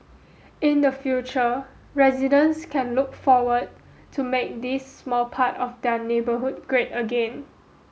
in the future residents can look forward to make this small part of their neighbourhood great again